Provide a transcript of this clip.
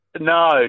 No